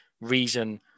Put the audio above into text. reason